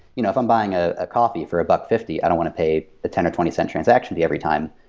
you know if i'm buying ah a coffee for a buck fifty, i don't want to pay the ten or twenty cent transaction every time.